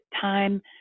time